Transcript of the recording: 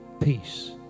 Peace